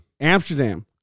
Amsterdam